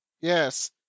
Yes